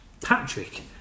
Patrick